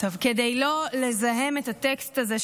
כדי לא לזהם את הטקסט הזה,